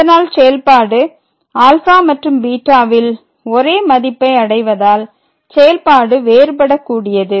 அதனால் செயல்பாடு ∝ மற்றும் β வில் ஒரே மதிப்பை அடைவதால் செயல்பாடு வேறுபடக்கூடியது